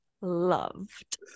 loved